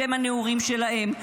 לשם הנעורים של האם.